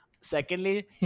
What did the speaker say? Secondly